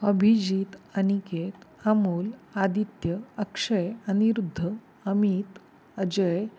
Abhijit Aniket Amol Aditya Akshay Aniruddh Amit Ajay